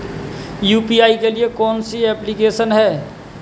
UPI के लिए कौन कौन सी एप्लिकेशन हैं?